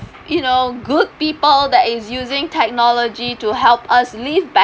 you know good people that is using technology to help us live better